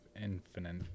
infinite